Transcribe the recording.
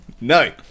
No